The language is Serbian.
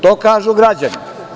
To kažu građani.